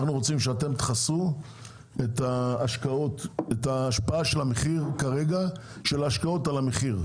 אנחנו רוצים שאתם תכסו את ההשפעה של ההשקעות על המחיר,